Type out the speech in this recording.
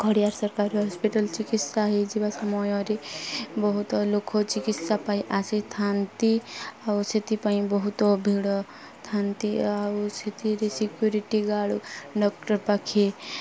ଖଡ଼ିଆ ସରକାରୀ ହସ୍ପିଟାଲ ଚିକିତ୍ସା ହେଇଯିବା ସମୟରେ ବହୁତ ଲୋକ ଚିକିତ୍ସା ପାଇ ଆସିଥାନ୍ତି ଆଉ ସେଥିପାଇଁ ବହୁତ ଭିଡ଼ ଥାଆନ୍ତି ଆଉ ସେଥିରେ ସିକ୍ୟୁରିଟି ଗାର୍ଡ଼ ଡକ୍ଟର ପାଖେ